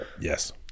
yes